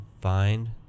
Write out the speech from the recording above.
find